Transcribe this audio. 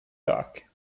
dock